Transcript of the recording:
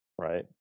right